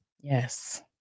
Yes